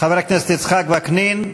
--- חבר הכנסת יצחק וקנין,